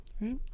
right